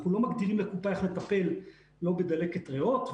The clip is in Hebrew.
אנחנו לא מגדירים לקופה לא בדלקת ריאות,